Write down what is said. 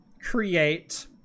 create